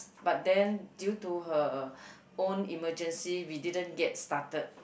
but then due to her own emergency we didn't get started